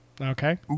Okay